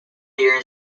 years